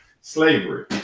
Slavery